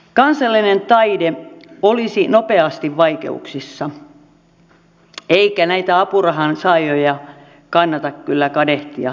kansallinen taide olisi nopeasti vaikeuksissa eikä näitä apurahan saajia kannata kyllä kadehtia